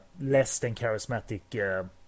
less-than-charismatic